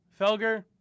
Felger